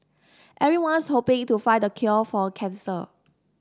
everyone's hoping to find the cure for cancer